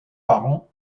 parents